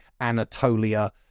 Anatolia